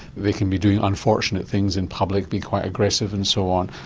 they can be doing unfortunate things in public, be quite aggressive and so on.